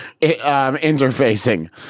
interfacing